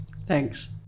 Thanks